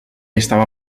estava